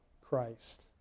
Christ